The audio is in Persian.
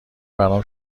برام